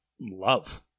love